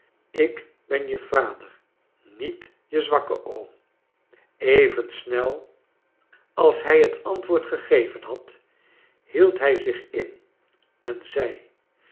ik ben je vader niet je zwakke oom even snel als hij het antwoord gegeven had hield hij zich in en zei